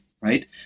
right